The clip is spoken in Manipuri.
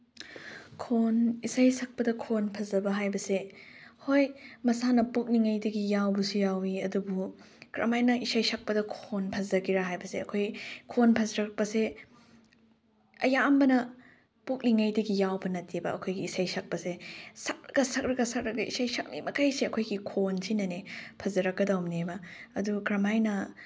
ꯈꯣꯟ ꯏꯁꯩ ꯁꯛꯄꯗ ꯈꯣꯟ ꯐꯖꯕ ꯍꯥꯏꯕꯁꯦ ꯍꯣꯏ ꯃꯁꯥꯅ ꯄꯣꯛꯂꯤꯉꯩꯗꯒꯤ ꯌꯥꯎꯕꯁꯨ ꯌꯥꯎꯋꯤ ꯑꯗꯨꯕꯨ ꯀꯔꯝꯍꯥꯏꯅ ꯏꯁꯩ ꯁꯛꯄꯗ ꯈꯣꯟ ꯐꯖꯒꯦꯔꯥ ꯍꯥꯏꯕꯁꯦ ꯑꯩꯈꯣꯏ ꯈꯣꯟ ꯐꯖꯔꯛꯄꯁꯦ ꯑꯌꯥꯝꯕꯅ ꯄꯣꯛꯂꯤꯉꯩꯗꯒꯤ ꯌꯥꯎꯕ ꯅꯠꯇꯦꯕ ꯑꯩꯈꯣꯏꯒꯤ ꯏꯁꯩ ꯁꯛꯄꯁꯦ ꯁꯛꯂꯒ ꯁꯛꯂꯒ ꯁꯛꯂꯒ ꯏꯁꯩ ꯁꯛꯂꯤ ꯃꯈꯩꯁꯦ ꯑꯩꯈꯣꯏꯒꯤ ꯈꯣꯟꯁꯤꯅꯅꯦ ꯐꯖꯔꯛꯀꯗꯧꯅꯦꯕ ꯑꯗꯨ ꯀꯔꯃꯥꯏꯅ